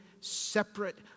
separate